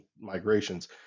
migrations—